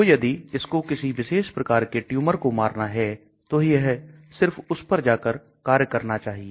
तो यदि इसको किसी विशेष प्रकार के ट्यूमर को मारना है तो यह सिर्फ उस पर जाकर कार्य करना चाहिए